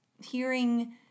hearing